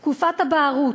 תקופת הבערות.